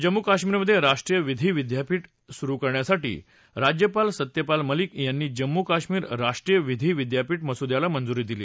जम्मू कश्मीरमधे राष्ट्रीय विधी विद्यापीठ सुरु करण्यासाठी राज्यपाल सत्यपाल मलिक यांनी जम्मू कश्मीर राष्ट्रीय विधी विद्यापीठ मसुद्याला मंजुरी दिली